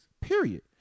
Period